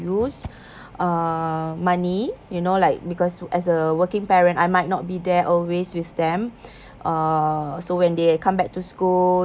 use uh money you know like because as a working parent I might not be there always with them uh so when they come back to school